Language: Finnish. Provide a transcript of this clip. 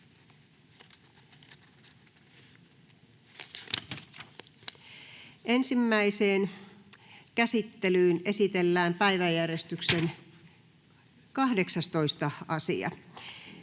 Ensimmäiseen käsittelyyn esitellään päiväjärjestyksen 16. asia.